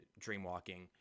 dreamwalking